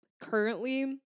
currently